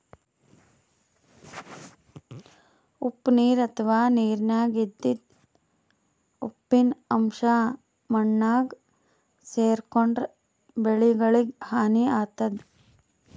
ಉಪ್ಪ್ ನೀರ್ ಅಥವಾ ನೀರಿನ್ಯಾಗ ಇದ್ದಿದ್ ಉಪ್ಪಿನ್ ಅಂಶಾ ಮಣ್ಣಾಗ್ ಸೇರ್ಕೊಂಡ್ರ್ ಬೆಳಿಗಳಿಗ್ ಹಾನಿ ಆತದ್